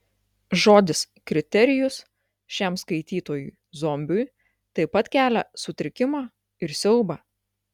žodis kriterijus šiam skaitytojui zombiui taip pat kelia sutrikimą ir siaubą